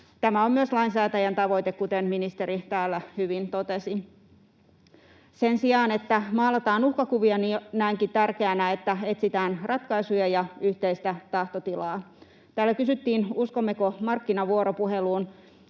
Tämä on myös lainsäätäjän tavoite, kuten ministeri täällä hyvin totesi. Sen sijaan, että maalataan uhkakuvia, näenkin tärkeänä, että etsitään ratkaisuja ja yhteistä tahtotilaa. Täällä kysyttiin, uskommeko markkinavuoropuheluun,